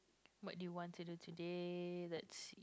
what you want to do today let's see